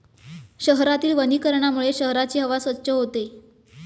शहरातील वनीकरणामुळे शहराची हवा स्वच्छ होते